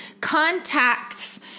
contacts